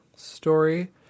story